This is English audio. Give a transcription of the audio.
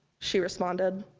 she responded.